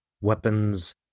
weapons